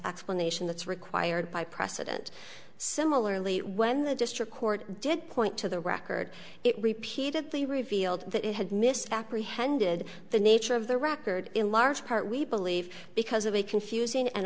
explanation that's required by precedent similarly when the district court did point to the record it repeatedly revealed that it had misapprehended the nature of the record in large part we believe because of a confusing an